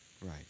Right